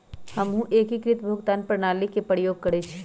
हमहु एकीकृत भुगतान प्रणाली के प्रयोग करइछि